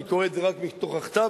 אני קורא את זה רק מתוך הכתב,